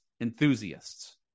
enthusiasts